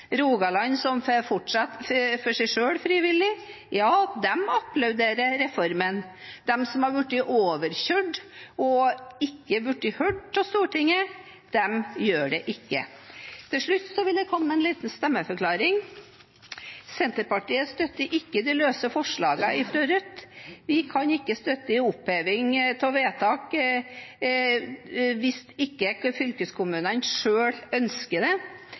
Rogaland, som får fortsette for seg selv frivillig, applauderer reformen. Men de som har blitt overkjørt og ikke hørt av Stortinget, gjør det ikke. Til slutt vil jeg komme med en liten stemmeforklaring: Senterpartiet støtter ikke forslagene fra Rødt. Vi kan ikke støtte oppheving av vedtak hvis ikke fylkeskommunene selv ønsker det.